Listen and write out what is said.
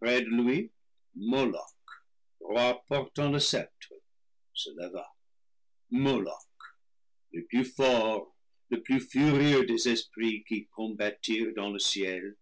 lui moloch roi portant le sceptre se leva moloch le plus fort le plus furieux des esprits qui combattirent dans le ciel